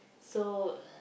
so